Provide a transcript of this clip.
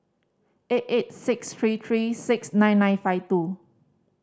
eight eight six three three six nine nine five two